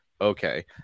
okay